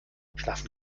schlafen